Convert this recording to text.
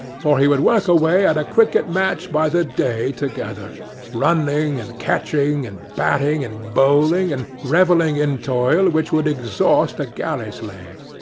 for he would work away at a cricket-match by the day together running, and catching, and batting, and bowling, and revelling in toil which would exhaust a galley-slave.